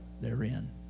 therein